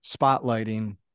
spotlighting